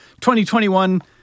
2021